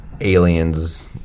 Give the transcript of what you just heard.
aliens